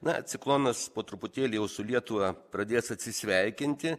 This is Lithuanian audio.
na ciklonas po truputėlį jau su lietuva pradės atsisveikinti